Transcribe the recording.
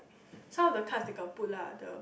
some of the cards they got put lah the